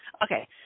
Okay